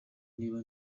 niba